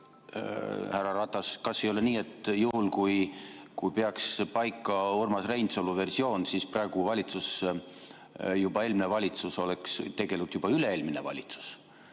härra Ratas, kas ei ole nii, et juhul, kui peaks paika Urmas Reinsalu versioon, viiks praegune valitsus ja ka eelmine valitsus, tegelikult juba üle-eelmine valitsus